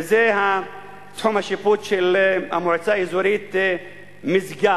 וזה תחום השיפוט של המועצה האזורית משגב,